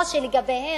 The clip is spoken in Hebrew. או שלגביהם,